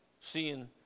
seeing